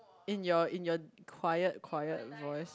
in your in your quiet quiet voice